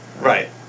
Right